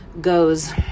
goes